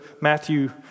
Matthew